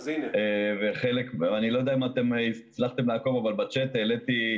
אם הצלחתם לעקוב, אבל בצ'ט העליתי,